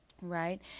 right